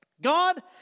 God